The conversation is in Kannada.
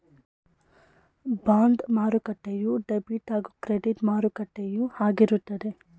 ಬಾಂಡ್ ಮಾರುಕಟ್ಟೆಯು ಡೆಬಿಟ್ ಹಾಗೂ ಕ್ರೆಡಿಟ್ ಮಾರುಕಟ್ಟೆಯು ಆಗಿರುತ್ತದೆ